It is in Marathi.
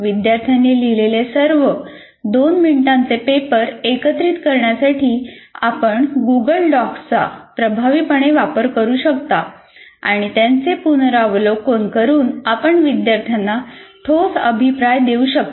विद्यार्थ्यांनी लिहिलेले सर्व 2 मिनिटांचे पेपर एकत्रित करण्यासाठी आपण गुगल डॉक्सचा प्रभावीपणे वापर करू शकता आणि त्यांचे पुनरावलोकन करून आपण विद्यार्थ्यांना ठोस अभिप्राय देऊ शकता